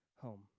home